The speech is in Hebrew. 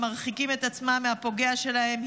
הם מרחיקים את עצמם מהפוגע שלהם,